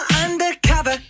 undercover